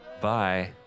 Bye